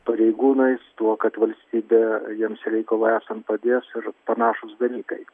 pareigūnais tuo kad valstybė jiems reikalui esant padės ir panašūs dalykai